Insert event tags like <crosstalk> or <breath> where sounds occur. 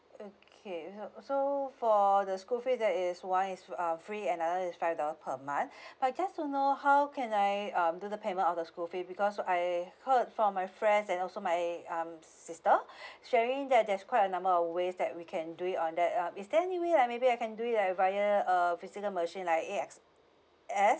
okay uh so for the school fee that is [one] is uh free another is five dollar per month <breath> uh just to know how can I um do the payment of the school fee because I heard from my friends and also my um sister <breath> sharing that there's quite a number of ways that we can do it on that um is there any way uh maybe I can do it like via uh visit the machine like A_X_S